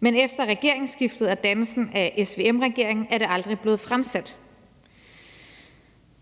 men efter regeringsskiftet og dannelsen af SVM-regeringen er det aldrig blevet fremsat.